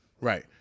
right